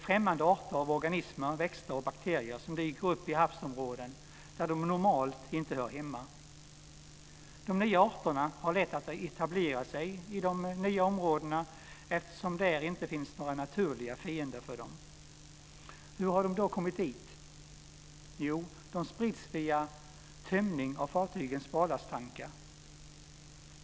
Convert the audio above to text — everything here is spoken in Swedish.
Främmande arter av organismer, växter och bakterier dyker upp i havsområden där de normalt inte hör hemma. De nya arterna har lätt att etablera sig i de nya områdena eftersom det där inte finns några naturliga fiender för dem. Hur har de då kommit dit? Jo, de sprids via tömningen av fartygens barlasttankar.